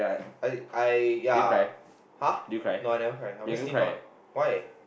I I ya !huh! no I never cry obviously not why